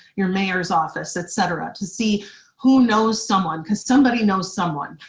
your mayor's office, et cetera, to see who knows someone, cause somebody knows someone.